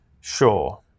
Sure